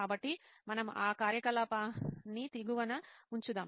కాబట్టి మనం ఆ కార్యకలాపాన్ని దిగువన ఉంచుదాం